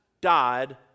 died